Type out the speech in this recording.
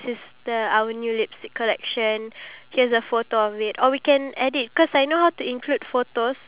so that when people watch our video they know that we are like legit sellers